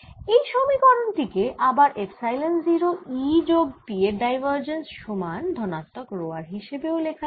এই সমীকরণ টিকে আবার এপসাইলন 0 E যোগ P এর ডাইভার্জেন্স সমান ধনাত্মক রো r হিসাবে লেখা যায়